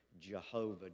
Jehovah